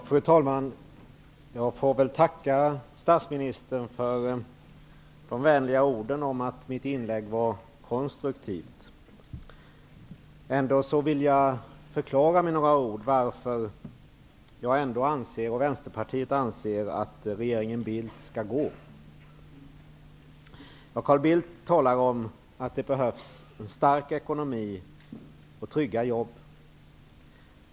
Fru talman! Jag får väl tacka statsministern för de vänliga orden om att mitt inlägg var konstruktivt. Jag vill med några ord förklara varför jag och Vänsterpartiet ändå anser att regeringen Bildt skall gå. Carl Bildt talar om att det behövs en stark ekonomi och trygga jobb.